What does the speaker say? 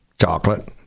chocolate